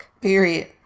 Period